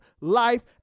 life